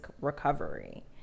recovery